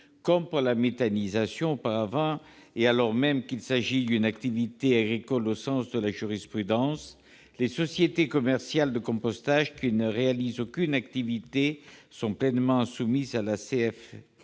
Comme pour la méthanisation auparavant, et alors même qu'il s'agit d'une activité agricole au sens de la jurisprudence, les sociétés commerciales de compostage qui ne réalisent aucune autre activité sont pleinement soumises à la